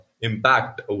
impact